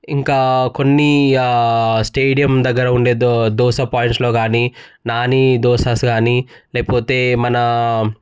ఇంకా కొన్ని ఆ స్టేడియం దగ్గర ఉండే దోశ దోశ పాయింట్స్లో గానీ నాని దోసాస్ గానీ లేపోతే మన